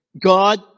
God